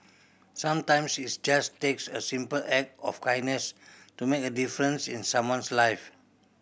sometimes its just takes a simple act of kindness to make a difference in someone's life